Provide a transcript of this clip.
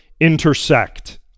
intersect